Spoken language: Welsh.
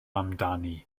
amdani